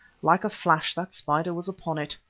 like a flash that spider was upon it.